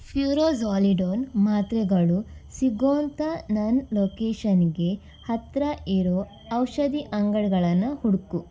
furazolidone ಮಾತ್ರೆಗಳು ಸಿಗೋ ಅಂಥ ನನ್ನ ಲೊಕೇಷನ್ಗೆ ಹತ್ತಿರ ಇರೋ ಔಷಧಿ ಅಂಗಡಿಗಳನ್ನು ಹುಡುಕು